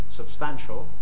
substantial